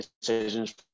decisions